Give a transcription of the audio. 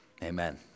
Amen